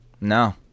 No